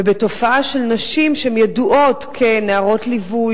ובתופעה של נשים שהן ידועות כנערות ליווי,